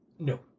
No